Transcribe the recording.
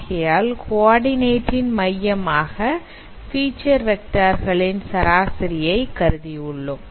ஆகையால் குவடிநெட் ன் மையமாக பீட்சர் வெக்டார் களின் சராசரியை கருதி உள்ளோம்